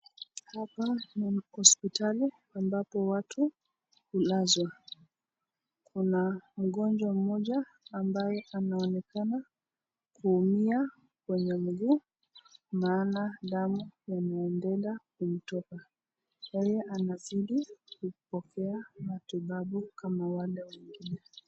Hapa ni hospitali ambapo watu hulazwa, kuna mgonjwa mmoja ambaye anaonekana kuumia kwenye mguu maana damu yanaendelea kutoka. Yeye anazidi kupokea matibabu kama wale wengine.